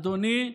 אדוני,